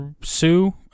Sue